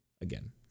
again